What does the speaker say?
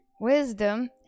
Wisdom